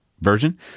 version